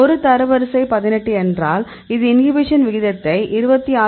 ஒரு தரவரிசை 18 என்றால் இது இன்ஹிபிஷன் விகிதத்தை 26